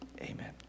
Amen